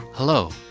Hello